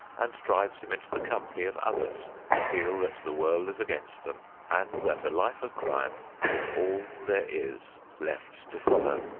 and drives him into the company of others who feel that the world is against them and that a life of crime is all there is left to follow.